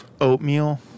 oatmeal